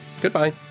Goodbye